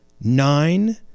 Nine